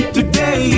Today